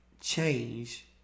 change